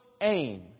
aim